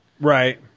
right